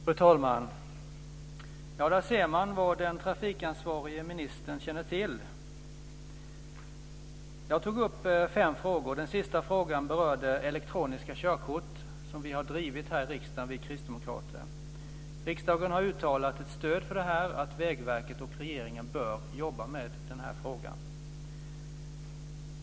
Fru talman! Där ser man vad den trafikansvarige ministern känner till. Jag tog upp fem frågor, och den sista frågan rörde elektroniska körkort, som vi kristdemokrater har drivit här i riksdagen. Riksdagen har uttalat ett stöd för att Vägverket och regeringen bör jobba med den här frågan.